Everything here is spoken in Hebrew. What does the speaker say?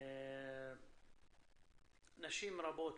נשים רבות,